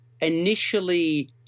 initially